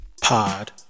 pod